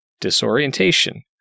disorientation